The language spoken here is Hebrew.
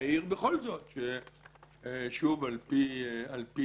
אעיר בכל זאת ששוב על פי ניסיוני,